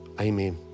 Amen